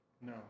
No